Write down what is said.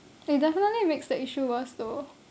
it definitely makes the issue worse though